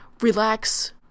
relax